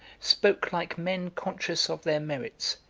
spoke like men conscious of their merits,